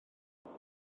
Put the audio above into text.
roedd